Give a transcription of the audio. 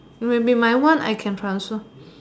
maybe my one I can transfer